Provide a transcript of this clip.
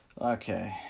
Okay